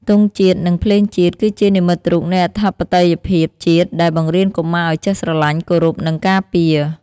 ទង់ជាតិ និងភ្លេងជាតិ គឺជានិមិត្តរូបនៃអធិបតេយ្យភាពជាតិ ដែលបង្រៀនកុមារឲ្យចេះស្រឡាញ់ គោរព និងការពារ។